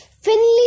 Finley